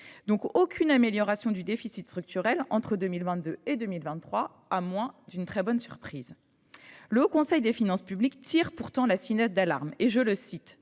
aura aucune amélioration du déficit structurel entre 2022 et 2023… à moins d’une très bonne surprise. Le Haut Conseil des finances publiques tire pourtant la sonnette d’alarme :« Une nette